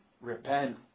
repent